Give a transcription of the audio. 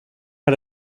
had